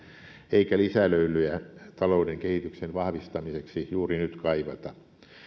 eikä lisälöylyjä talouden kehityksen vahvistamiseksi juuri nyt kaivata